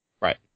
Right